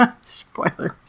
Spoilers